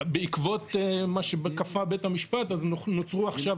בעקבות מה שכפה בית המשפט נוצרו עכשיו